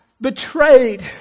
betrayed